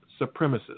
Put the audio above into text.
supremacists